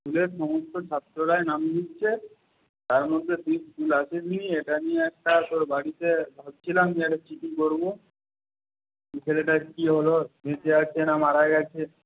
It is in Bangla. স্কুলের সমস্ত ছাত্ররাই নাম দিচ্ছে তার মধ্যে তুই স্কুল আসিসনি এটা নিয়ে একটা তোর বাড়িতে ভাবছিলাম যে একটা চিঠি করবো যে ছেলেটার কী হল বেঁচে আছে না মারা গেছে